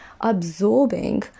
absorbing